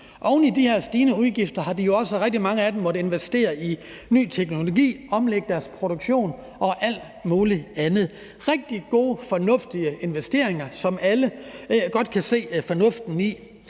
Oven i de her stigende udgifter har rigtig mange måttet investere i ny teknologi, omlægge deres produktion og alt muligt andet; det er rigtig gode og fornuftige investeringer, som alle godt kan se fornuften i,